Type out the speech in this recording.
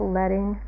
letting